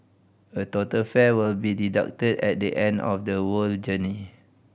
a total fare will be deducted at the end of the whole journey